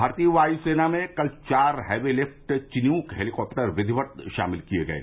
भारतीय वायुसेना में कल चार हैवीलिफ्ट चिनूक हैलीकॉप्टर विधिवत् शामिल किये गये